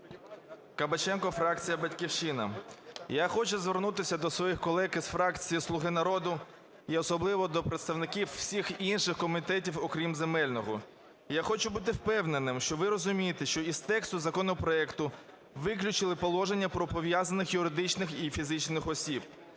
Кабаченко, фракція "Батьківщина". Я звернутися до своїх колег із фракції "Слуга народу" і особливо до представників всіх інших комітетів, окрім земельного. Я хочу бути впевненим, що ви розумієте із тексту законопроекту виключили положення про пов'язаних юридичних і фізичних осіб.